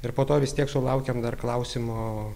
ir po to vis tiek sulaukiam dar klausimo